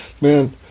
Man